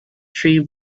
tree